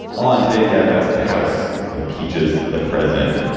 on today's gabfest, the house impeaches the president.